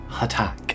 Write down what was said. attack